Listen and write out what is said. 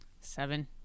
seven